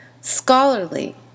scholarly